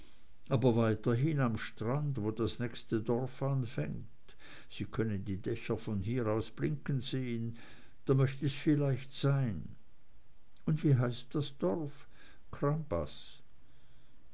aber weiterhin am strand wo das nächste dorf anfängt sie können die dächer von hier aus blinken sehen da möcht es vielleicht sein und wie heißt das dorf